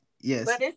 yes